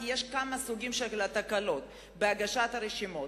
כי יש כמה סוגי תקלות בהגשת הרשימות.